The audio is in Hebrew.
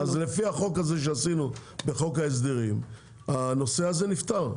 אז לפי החוק הזה שעשינו בחוק ההסדרים הנושא הזה נפתר,